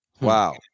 Wow